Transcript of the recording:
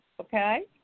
okay